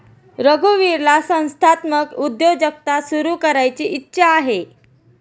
रघुवीरला संस्थात्मक उद्योजकता सुरू करायची इच्छा आहे